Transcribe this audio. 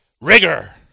rigor